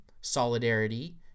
solidarity